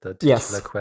Yes